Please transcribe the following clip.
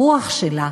הרוח שלה,